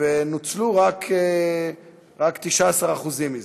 ונוצלו רק 19% מזה,